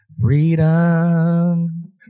Freedom